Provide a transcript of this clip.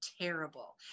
terrible